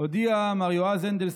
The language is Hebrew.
הודיע מר יועז הנדל,